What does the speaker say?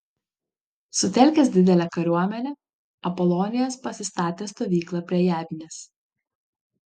sutelkęs didelę kariuomenę apolonijas pasistatė stovyklą prie jabnės